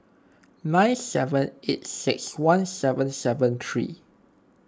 nine seven eight six one seven seven three